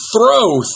throw